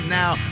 now